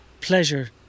pleasure